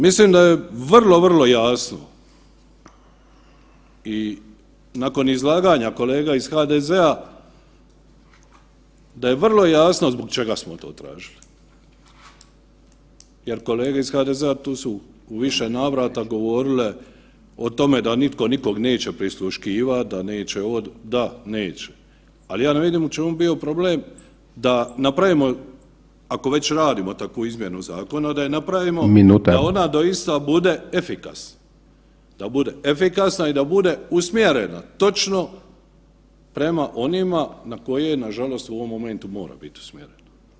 Mislim da je vrlo, vrlo jasno i nakon izlaganja kolega iz HDZ-a da je vrlo jasno zbog čega smo to tražili jer kolege iz HDZ-a tu su u više navrata govorile o tome da nitko nikog neće prisluškivat, da neće ovo, da neće, al ja ne vidim u čemu bi bio problem da napravimo ako već radimo takvu izmjenu zakonu da je napravimo [[Upadica: Minuta]] da ona doista bude efikasna, da bude efikasna i da bude usmjerena točno prema onima na koje na žalost u ovom momentu mora bit usmjerena.